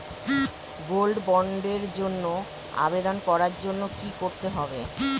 Gold বন্ডের জন্য আবেদন করার জন্য কি করতে হবে?